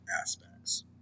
aspects